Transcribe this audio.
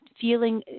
feeling